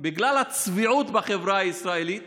בגלל הצביעות בחברה הישראלית